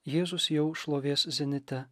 jėzus jau šlovės zenite